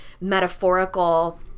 metaphorical